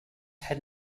had